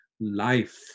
life